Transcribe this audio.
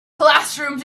classroom